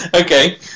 Okay